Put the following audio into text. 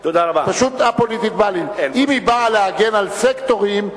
אם היא באה להגן על סקטורים,